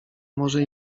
może